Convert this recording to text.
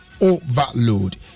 overload